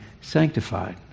sanctified